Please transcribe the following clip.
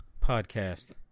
podcast